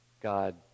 God